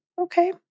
okay